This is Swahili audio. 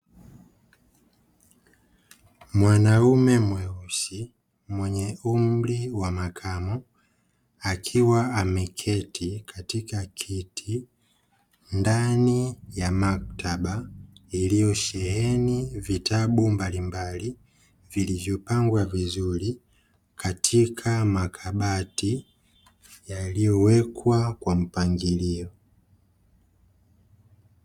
Mwanaume mweusi mwenye umri wa makamo, akiwa ameketi katika kiti ndani ya maktaba iliyosheheni vitabu mbalimbali, vilivyopangwa vizuri katika makabati yaliyo wekwa kwa mpangilio.